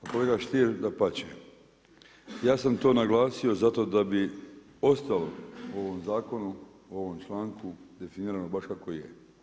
Pa kolega Stier dapače, ja sam to naglasio zato da bi ostalo u ovom zakonu, u ovom članku definirano baš kako i je.